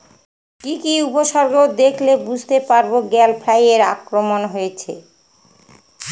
কি কি উপসর্গ দেখলে বুঝতে পারব গ্যাল ফ্লাইয়ের আক্রমণ হয়েছে?